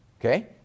okay